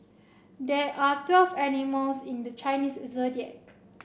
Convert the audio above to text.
there are twelve animals in the Chinese Zodiac